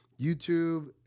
YouTube